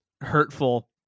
hurtful